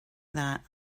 that